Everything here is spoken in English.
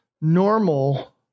normal